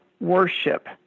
worship